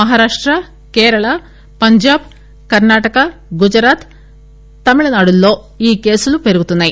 మహారాష్ణ కేరళ పంజాబ్ కర్పాటక గుజరాత్ తమిళనాడులో ఈ కేసులు పెరుగుతున్నాయి